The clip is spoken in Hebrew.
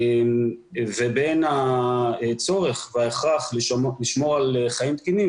ובין הצורך וההכרח לשמור על חיים תקינים,